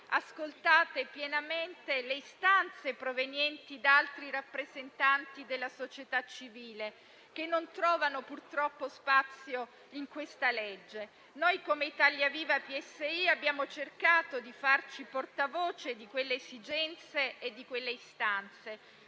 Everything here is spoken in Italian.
ascoltate pienamente le istanze provenienti da altri rappresentanti della società civile, che non trovano purtroppo spazio nella legge. Il Gruppo Italia Viva-PSI ha cercato di farsi portavoce di quelle esigenze e di quelle istanze;